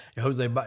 Jose